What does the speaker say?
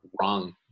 wrong